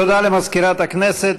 תודה למזכירת הכנסת.